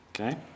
Okay